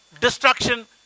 Destruction